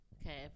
okay